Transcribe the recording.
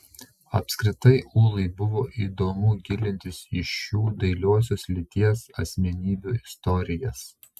apskritai ūlai buvo įdomu gilintis į šių dailiosios lyties asmenybių istorijas